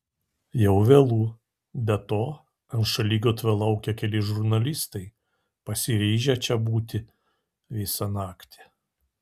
jau vėlu be to ant šaligatvio laukia keli žurnalistai pasiryžę čia būti visą naktį